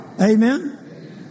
Amen